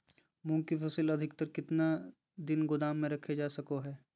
मूंग की फसल अधिकतम कितना दिन गोदाम में रखे जा सको हय?